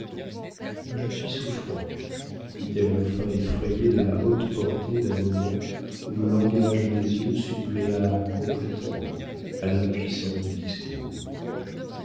je suis souffrante dit-elle enfin effrayée de la haute portée d'un moment où le langage des yeux suppléa complétement à l'impuissance du discours